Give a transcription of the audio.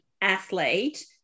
athlete